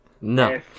No